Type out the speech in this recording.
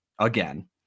again